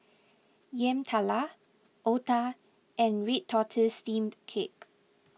Yam Talam Otah and Red Tortoise Steamed Cake